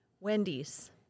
Wendy's